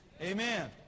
Amen